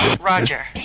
Roger